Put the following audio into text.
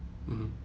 mmhmm